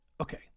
Okay